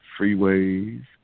freeways